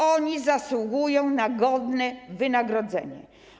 Oni zasługują na godne wynagrodzenie.